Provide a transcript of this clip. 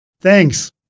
Thanks